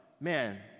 man